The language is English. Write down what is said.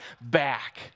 back